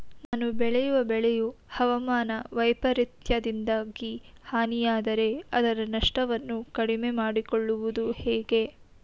ನಾನು ಬೆಳೆಯುವ ಬೆಳೆಯು ಹವಾಮಾನ ವೈಫರಿತ್ಯದಿಂದಾಗಿ ಹಾನಿಯಾದರೆ ಅದರ ನಷ್ಟವನ್ನು ಕಡಿಮೆ ಮಾಡಿಕೊಳ್ಳುವುದು ಹೇಗೆ?